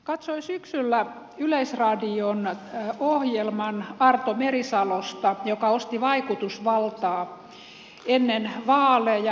katsoin syksyllä yleisradion ohjelman arto merisalosta joka osti vaikutusvaltaa ennen vaaleja